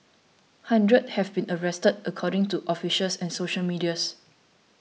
hundreds have been arrested according to officials and social medias